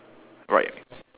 right